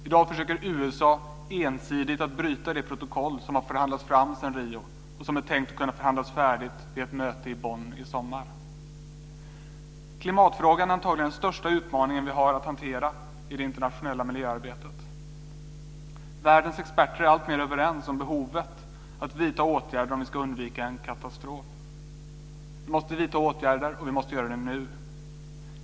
I dag försöker USA ensidigt att bryta det protokoll som har förhandlats fram sedan Rio och som det är tänkt att man ska kunna förhandla färdigt om vid ett möte i Bonn i sommar. Klimatfrågan är antagligen den största utmaningen som vi har att hantera i det internationella miljöarbetet. Världens experter är alltmer överens om behovet av att vidta åtgärder om vi ska undvika en katastrof. Vi måste vidta åtgärder, och vi måste göra det nu.